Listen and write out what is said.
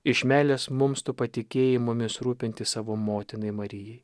iš meilės mums tu patikėjai mumis rūpintis savo motinai marijai